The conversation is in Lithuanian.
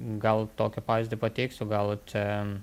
gal tokį pavyzdį pateiksiu gal čia